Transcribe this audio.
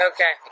Okay